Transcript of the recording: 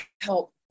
help